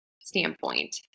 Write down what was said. standpoint